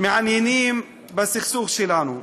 הם מעניינים בסכסוך שלנו: